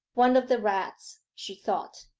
one of the rats she thought.